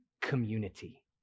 community